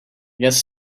guess